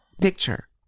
Picture